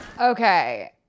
Okay